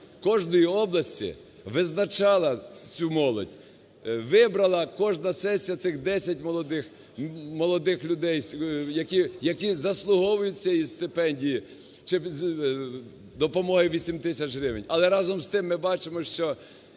кожної області визначала цю молодь, вибрала кожна сесія цих 10 молодих людей, які заслуговують цієї стипендії чи допомоги 8 тисяч гривень. Але. разом з тим, ми бачимо, що